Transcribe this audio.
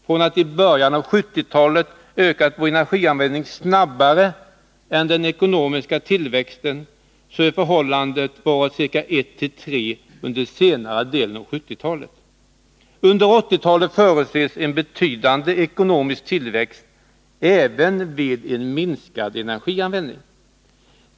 Från att vi i början av 1970-talet ökade vårt energianvändande snabbare än den ekonomiska tillväxten, så har förhållandet varit ca ett till tre under senare delen av 1970-talet. Under 1980-talet förutses en betydande ekonomisk tillväxt även vid en minskad energianvändning.